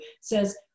says